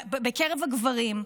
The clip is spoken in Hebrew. בקרב הגברים,